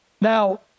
Now